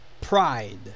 pride